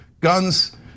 guns